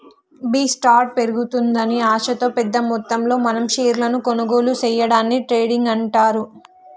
B స్టార్ట్ పెరుగుతుందని ఆశతో పెద్ద మొత్తంలో మనం షేర్లను కొనుగోలు సేయడాన్ని ట్రేడింగ్ అంటారు